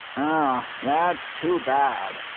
ah, that's too bad.